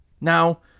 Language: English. Now